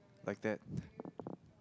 like that